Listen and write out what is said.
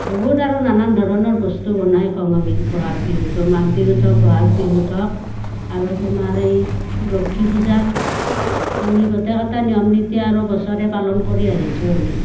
বহুত আৰু নানান ধৰণৰ বস্তু বনাই খওঁ আমি ব'হাগ বিহুতো মাঘ বিহুত হওক ব'হাগ বিহুত হওক আৰু তোমাৰ এই লক্ষী পূজাত আমি গোটেইকেইটা নিয়ম নীতি আৰু বছৰে পালন কৰি আহিছোঁ আমি